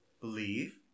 believe